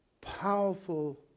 powerful